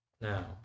now